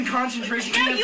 concentration